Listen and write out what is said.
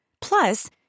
Plus